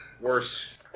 worse